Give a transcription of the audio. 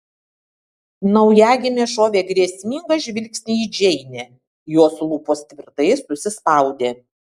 naujagimė šovė grėsmingą žvilgsnį į džeinę jos lūpos tvirtai susispaudė